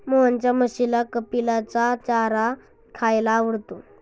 मोहनच्या म्हशीला कपिलाचा चारा खायला आवडतो